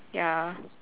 ya